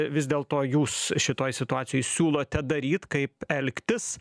vis dėlto jūs šitoj situacijoj siūlote daryt kaip elgtis